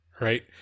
Right